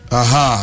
aha